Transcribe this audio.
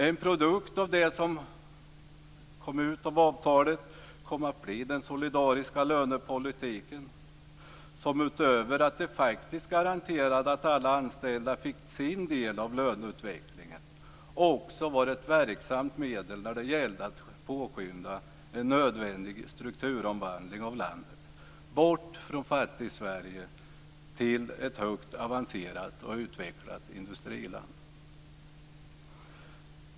En produkt som kom ut av avtalet kom att bli den solidariska lönepolitiken, som utöver att garantera att alla anställa faktiskt fick sin del av löneutvecklingen också var ett verksamt medel när det gällde att påskynda en nödvändig strukturomvandling av landet bort från Fattig-Sverige till ett högt avancerat och utvecklat industriland.